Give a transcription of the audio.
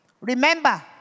Remember